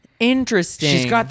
Interesting